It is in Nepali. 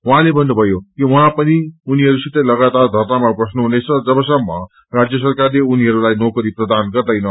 उहाँले भन्नुभयो कि उहाँ पनि उनीहरूसितै लगातार धरनामा बस्नुहुनेछ जबसम्म राज्य सरकारले उनीहरूलाई नोकरी प्रदान गर्दैन